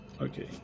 okay